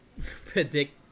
predict